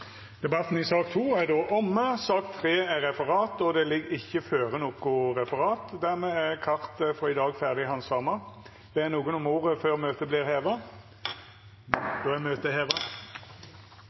Då er sak nr. 2 omme. Det ligg ikkje føre noko referat. Dermed er kartet for i dag ferdig handsama. Ber nokon om ordet før møtet vert heva? – Møtet er heva.